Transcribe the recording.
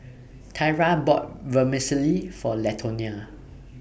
Tyra bought Vermicelli For Latonia